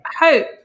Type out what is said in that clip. hope